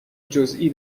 جزئی